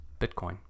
Bitcoin